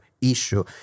issue